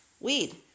weed